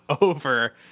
over